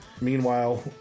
Meanwhile